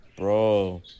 Bro